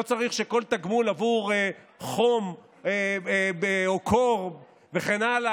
לא צריך שכל תגמול עבור חום או קור וכן הלאה,